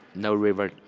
no river,